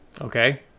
Okay